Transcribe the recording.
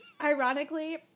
Ironically